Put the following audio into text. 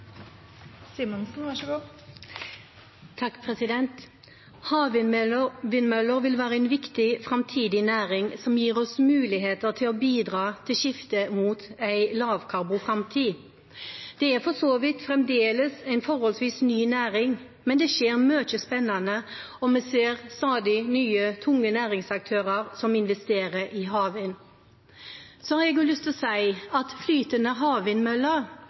bidra til skiftet mot en lavkarbonframtid. Det er fremdeles en forholdsvis ny næring, men det skjer mye spennende, og vi ser stadig nye tunge næringsaktører som investerer i havvind. Jeg har også lyst til å si at vi har hatt flytende